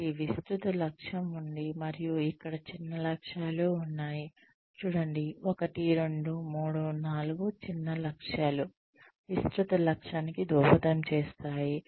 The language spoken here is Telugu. కాబట్టి విస్తృత లక్ష్యం ఉంది మరియు ఇక్కడ చిన్న లక్ష్యాలు ఉన్నాయి చూడండి 1 2 3 4 చిన్న లక్ష్యాలు విస్తృత లక్ష్యానికి దోహదం చేస్తాయి